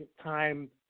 time